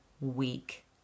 week